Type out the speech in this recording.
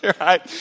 Right